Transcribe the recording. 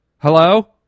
Hello